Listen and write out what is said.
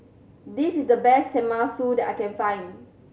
this is the best Tenmusu that I can find